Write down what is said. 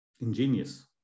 Ingenious